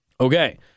Okay